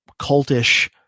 cultish